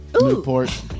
Newport